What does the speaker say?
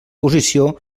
posició